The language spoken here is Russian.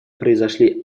произошли